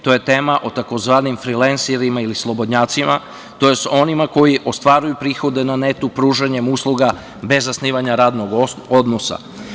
To je tema o tzv. frilenserima ili slobodnjacima, tj. onima koji ostvaruju prihode na netu pružanjem usluga bez zasnivanja radnog odnosa.